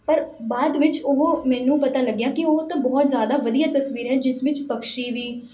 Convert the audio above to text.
ਪਰ ਬਾਅਦ ਵਿੱਚ ਉਹ ਮੈਨੂੰ ਪਤਾ ਲੱਗਿਆ ਕਿ ਉਹ ਤਾਂ ਬਹੁਤ ਜ਼ਿਆਦਾ ਵਧੀਆ ਤਸਵੀਰ ਹੈ ਜਿਸ ਵਿੱਚ ਪੰਛੀ ਵੀ